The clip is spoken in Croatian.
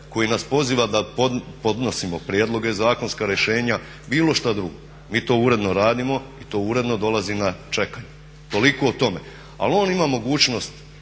koji nas poziva da podnosimo prijedloge, zakonska rješenja, bilo što drugo. Mi to uredno radimo i to uredno dolazi na čekanje. Toliko o tome. Ali on ima mogućnost